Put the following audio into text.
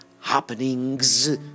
happenings